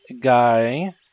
guy